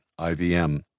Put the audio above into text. IVM